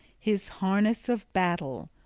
his harness of battle.